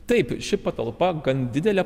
taip ši patalpa gan didelė